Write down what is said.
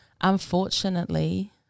unfortunately